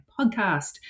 podcast